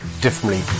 differently